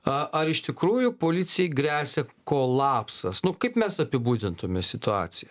a ar iš tikrųjų policijai gresia kolapsas nu kaip mes apibūdintume situaciją